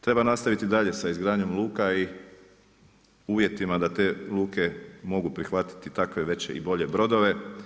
Treba nastaviti dalje sa izgradnjom luka i uvjetima da te luke mogu prihvatiti takve veće i bolje brodove.